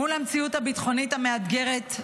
מול המציאות הביטחונית המאתגרת,